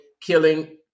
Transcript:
killing